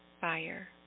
fire